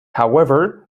however